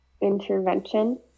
intervention